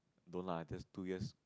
don't lah just two years